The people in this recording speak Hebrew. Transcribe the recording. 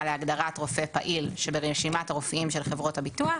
להגדרת רופא פעיל שברשימת הרופאים של חברות הביטוח